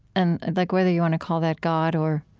and and like whether you want to call that god or,